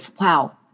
wow